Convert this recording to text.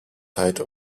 tide